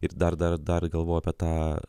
ir dar dar dar galvojau apie tą